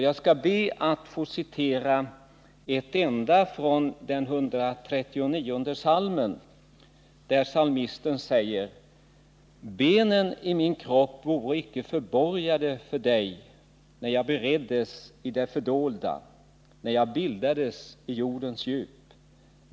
Jag skall be att få citera ett enda, ur den 139:e psalmen, där psalmisten säger: ”Benen i min kropp voro icke förborgade för dig, när jag beredes i det fördolda, när jag bildades i jordens djup.